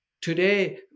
today